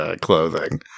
clothing